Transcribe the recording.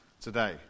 today